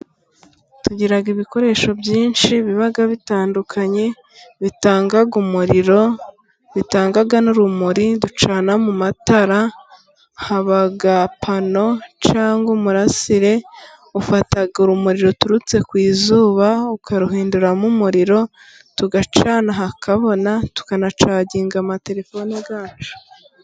Tugira ibikoresho byinshi biba bitandukanye bitanga umuriro, bitanga n'urumuri ducana mu matara haba pano cyangwa umurasire, ufata urumuri ruturutse ku izuba ukaruhinduramo umuriro, tugacana hakabona tukanacaginga amatelefone yacu.